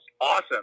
awesome